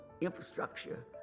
infrastructure